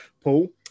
Paul